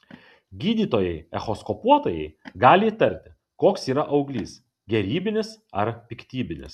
gydytojai echoskopuotojai gali įtarti koks yra auglys gerybinis ar piktybinis